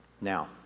Now